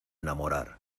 enamorar